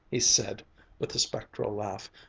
he said with a spectral laugh,